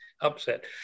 upset